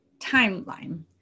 timeline